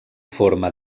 forma